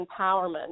empowerment